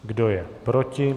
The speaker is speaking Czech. Kdo je proti?